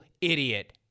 idiot